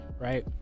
right